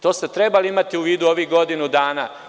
To ste trebali imati u vidu ovih godinu dana.